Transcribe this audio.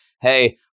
hey